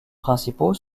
principaux